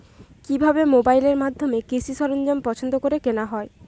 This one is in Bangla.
কিভাবে মোবাইলের মাধ্যমে কৃষি সরঞ্জাম পছন্দ করে কেনা হয়?